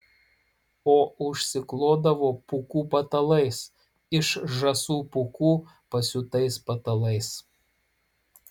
o užsiklodavo pūkų patalais iš žąsų pūkų pasiūtais patalais